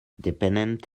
depenent